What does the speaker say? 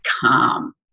calm